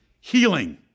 healing